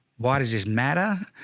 why does this matter?